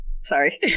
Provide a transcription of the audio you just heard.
sorry